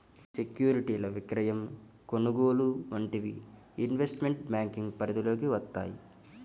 సెక్యూరిటీల విక్రయం, కొనుగోలు వంటివి ఇన్వెస్ట్మెంట్ బ్యేంకింగ్ పరిధిలోకి వత్తయ్యి